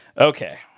Okay